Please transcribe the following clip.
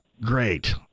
great